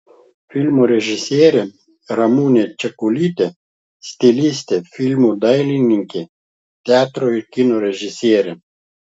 filmo režisierė ramunė čekuolytė stilistė filmų dailininkė teatro ir kino režisierė